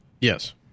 Yes